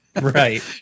Right